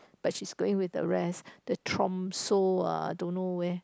but she's going with the rest the Tromso uh don't know where